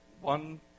One